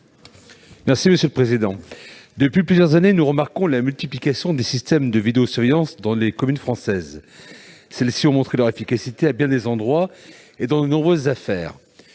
M. Philippe Mouiller. Depuis plusieurs années, nous remarquons la multiplication des systèmes de vidéosurveillance dans les communes françaises : ils ont montré leur efficacité à bien des endroits et dans de nombreuses affaires.